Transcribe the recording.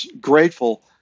grateful